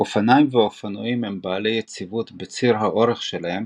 אופניים ואופנועים הם בעלי יציבות בציר האורך שלהם